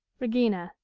regina.